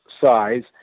size